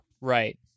right